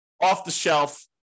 off-the-shelf